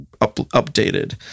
updated